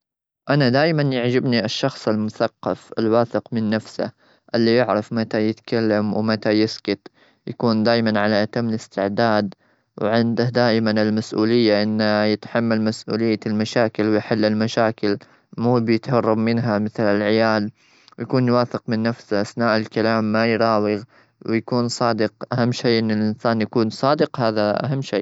أنا دايما يعجبني الشخص المثقف الواثق من نفسه، اللي يعرف متى يتكلم ومتى يسكت. يكون دايما على أتم الاستعداد، وعنده دائما المسؤولية إنه يتحمل مسؤولية المشاكل ويحل المشاكل، مو بيتهرب منها مثل العيال يكون واثق من نفسه أثناء الكلام، ما يراوغ، ويكون صادق. أهم شيء أن الإنسان يكون صادق، هذا أهم شيء.